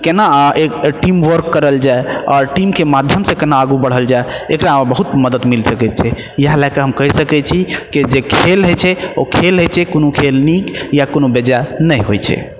केना एक team work करल जाए आओर टीमके माध्यम से केना आगू बढ़ल जाइत एकरामे बहुत मदद मिल सकैत छै इएह लऽके हम कहि सकैत छी कि जे खेल होइ छै ओ खेल होइ छै कोनो खेल नीक या कोनो बेजाए नै होइ छै